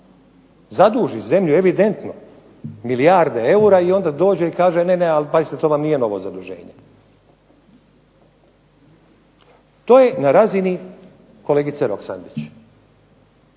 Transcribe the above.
Zaduži zemlju evidentno, milijarde eura i onda dođe i kaže ne, ne, pazite to vam nije novo zaduženje. To je na razini kolegice Roksandić.